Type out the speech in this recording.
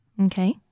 Okay